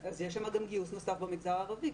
יש גיוס נוסף במגזר הערבי.